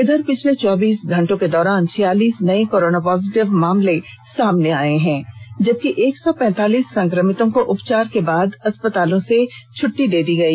इधर पिछले चौबीस घंटों के दौरान छियालीस नए कोरोना पॉजिटिव मामले सामने आए हैं जबकि एक सौ पैतालीस संक्रमितों को उपचार के बाद अस्पतालों से छट्टी दे दी गई